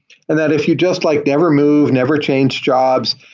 and that if you just like never move, never changed jobs,